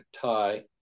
tie